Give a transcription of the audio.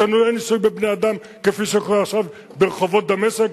אצלנו אין ניסוי בבני-אדם כפי שקורה עכשיו ברחובות דמשק,